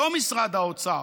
לא משרד האוצר.